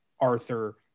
Arthur